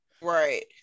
right